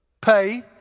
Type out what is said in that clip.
Pay